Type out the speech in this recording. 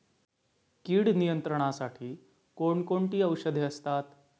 कीड नियंत्रणासाठी कोण कोणती औषधे असतात?